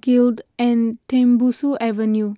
Guild and Tembusu Avenue